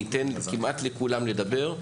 אני אתן כמעט לכולם לדבר.